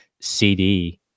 CD